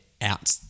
out